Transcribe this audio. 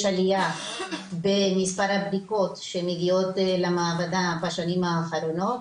יש עליה במספר הבדיקות שמגיעות למעבדה בשנים האחרונות,